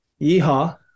Yeehaw